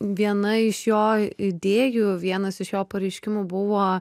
viena iš jo idėjų vienas iš jo pareiškimų buvo